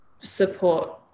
support